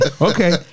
Okay